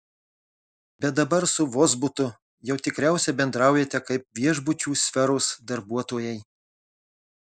bet dabar su vozbutu jau tikriausiai bendraujate kaip viešbučių sferos darbuotojai